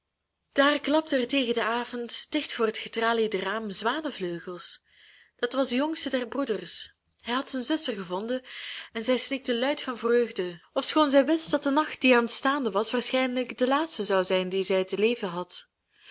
daar klapten er tegen den avond dicht voor het getraliede raam zwanevleugels dat was de jongste der broeders hij had zijn zuster gevonden en zij snikte luid van vreugde ofschoon zij wist dat de nacht die aanstaande was waarschijnlijk de laatste zou zijn dien zij te leven had